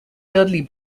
dudley